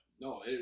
No